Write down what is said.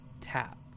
tap